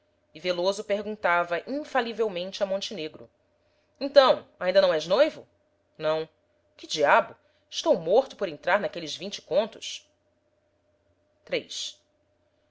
e veloso perguntava infalivelmente a montenegro então ainda não és noivo não que diabo estou morto por entrar naqueles vinte contos iii